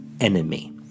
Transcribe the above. enemy